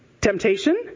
Temptation